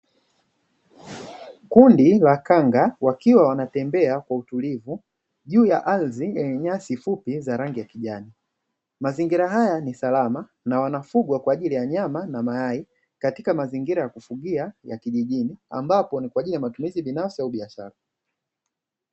Kundi la kanga wakiwa wanatembea kwa utulivu juu ya ardhi yenye nyasi fupi za rangi ya kijani, mazingira haya ni salama na wanafugwa kwa ajili ya nyama na mayai katika mazingira ya kufugia ya kijijini; ambapo ni kwa ajili ya matumizi binafsi au biashara.